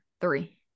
Three